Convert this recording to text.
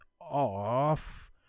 off